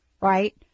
right